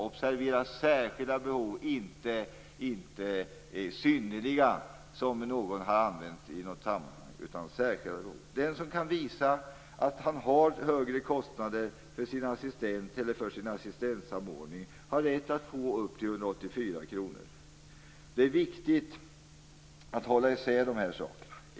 Observera att jag säger särskilda, och inte synnerliga behov som någon sade i något sammanhang. Den som kan visa att han eller hon har högre kostnader för sin assistent eller assistentsamordning har rätt att få upp till 184 kr. Det är viktigt att hålla isär de här sakerna.